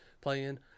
playing